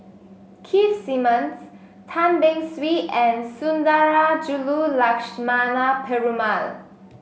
Keith Simmons Tan Beng Swee and Sundarajulu Lakshmana Perumal